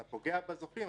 אתה פוגע בזוכים.